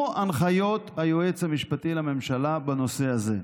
הנחיות היועץ המשפטי לממשלה בנושא הזה,